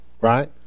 right